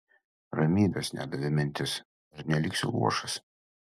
ramybės nedavė mintis ar neliksiu luošas